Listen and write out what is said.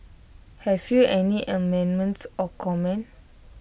have you any amendments or comments